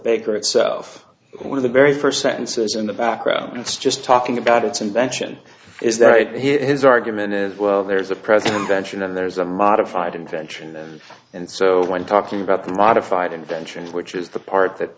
baker itself one of the very first sentences in the background it's just talking about its invention is that right here his argument is well there's a present invention and there's a modified invention and so when talking about the modified inventions which is the part that